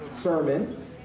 sermon